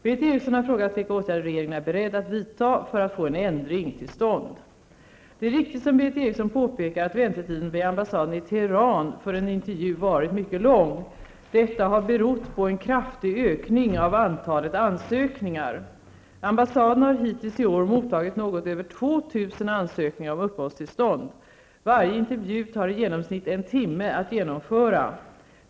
Berith Eriksson har frågat vilka åtgärder regeringen är beredd att vidta för att få en ändring till stånd. Det är riktigt som Berith Eriksson påpekar att väntetiden vid ambassaden i Teheran för en intervju varit mycket lång. Detta har berott på en kraftig ökning av antalet ansökningar. Ambassaden har hittills i år mottagit något över 2 000 ansökningar om uppehållstillstånd. Varje intervju tar i genomsnitt en timme att genomföra.